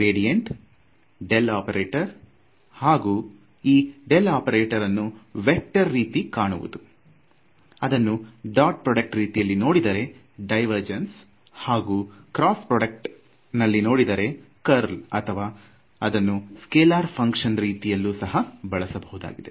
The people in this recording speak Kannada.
ಗ್ರೇಡಿಯಂಟ್ ಡೆಲ್ ಒಪೆರೇಟಾರ್ ಹಾಗೂ ಈ ಡೆಲ್ ಒಪೆರೇಟಾರ್ ಅನು ವೇಕ್ಟರ್ ರೀತಿ ಕಾಣುವುದು ಅದನ್ನು ಡಾಟ್ ಪ್ರೊಡ್ಯೂಕ್ಟ್ ರೀತಿಯಲ್ಲಿ ನೋಡಿದರೆ ದೈವೇರ್ಜನ್ಸ್ ಹಾಗೂ ಕ್ರಾಸ್ ಪ್ರೊಡ್ಯೂಕ್ಟ್ ನಲ್ಲಿ ನೋಡಿದರೆ ಕರ್ಲ್ ಅಥವಾ ಅದನ್ನು ಸ್ಕೆಲಾರ್ ಫ್ಹಂಕ್ಷನ್ ರೀತಿಯಲ್ಲೂ ಸಹ ಬಳಸಬಹುದಾಗಿದೆ